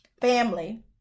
Family